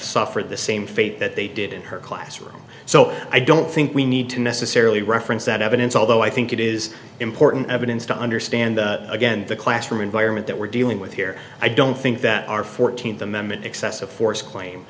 suffered the same fate that they did in her classroom so i don't think we need to necessarily reference that evidence although i think it is important evidence to understand again the classroom environment that we're dealing with here i don't think that our fourteenth amendment excessive force claim